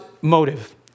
motive